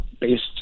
based